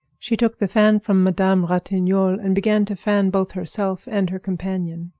she took the fan from madame ratignolle and began to fan both herself and her companion.